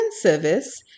Service